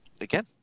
again